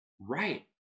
Right